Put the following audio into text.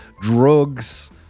drugs